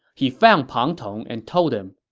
he found pang tong and told him,